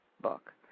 book